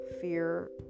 fear